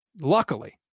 Luckily